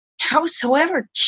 howsoever